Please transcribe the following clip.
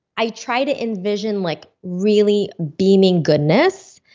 i try to envision like really beaming goodness,